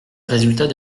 résultat